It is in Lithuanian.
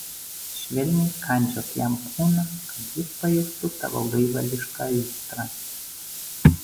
švelniai kandžiok jam kūną kad jis pajustų tavo gaivališką aistrą